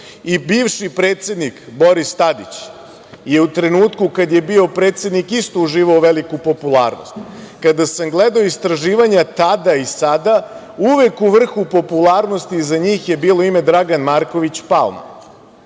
I bivši predsednik Boris Tadić, je u trenutku kada je bio predsednik isto uživao veliku popularnost. Kada sam gledao istraživanja tada i sada uvek u vrhu popularnosti za njih je bilo ime Dragan Marković Palma.